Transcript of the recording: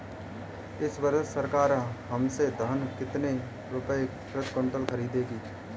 इस वर्ष सरकार हमसे धान कितने रुपए प्रति क्विंटल खरीदेगी?